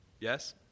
Yes